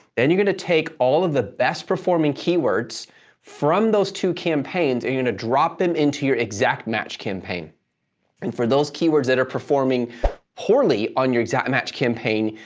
then you're going to take all of the best performing keywords from those two campaigns, and you're going to drop them into your exact match campaign. and for those keywords that are performing poorly on your exact match campaign,